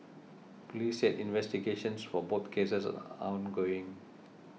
police said investigations for both cases are ongoing